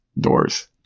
doors